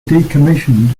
decommissioned